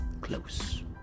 close